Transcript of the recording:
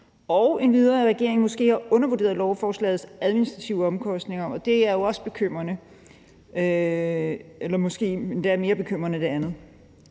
og endvidere, at regeringen måske har undervurderet lovforslagets administrative omkostninger. Det er jo også bekymrende og måske endda mere bekymrende end det